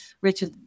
Richard